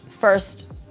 First